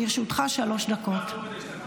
לרשותך שלוש דקות.